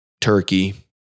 turkey